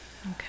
Okay